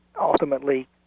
ultimately